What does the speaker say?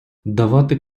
давати